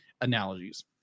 analogies